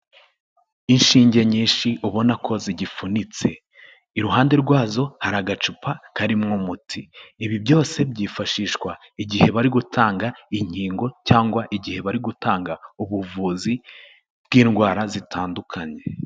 Inshinge nyinshi ubona ko zigipfunitse, iruhande rwazo hari agacupa karimwo muti, ibi byose byifashishwa igihe bari gutanga inkingo cyangwa igihe bari gutanga ubuvuzi bw'indwara zitandukanye.